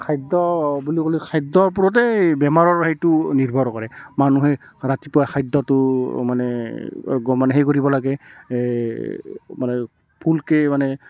খাদ্য বুলি ক'লে খাদ্যৰ ওপৰতেই বেমাৰৰ সেইটো নিৰ্ভৰ কৰে মানুহে ৰাতিপুৱা খাদ্যটো মানে গ মানে সেই কৰিব লাগে এই মানে ফুলকৈ মানে